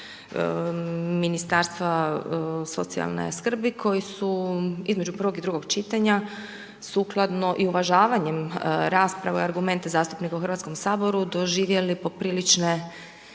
Ministarstva socijalne skrbi, koje su između prvog i drugog čitanja, sukladno i uvažavanje rasprava i argumente zastupnika u Hrvatskom saboru, doživjeli poprilične